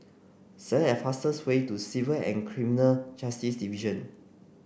select the fastest way to Civil and Criminal Justice Division